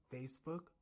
Facebook